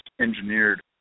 engineered